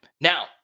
Now